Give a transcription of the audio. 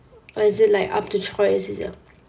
or is it like up to choice easier